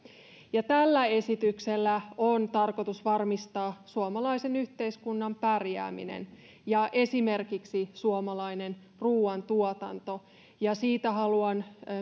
tällä esityksellä on tarkoitus varmistaa suomalaisen yhteiskunnan pärjääminen ja esimerkiksi suomalainen ruoantuotanto siitä haluan